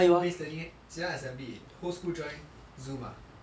home based learning 怎样 assembly whole school join Zoom ah